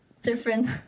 Different